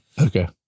Okay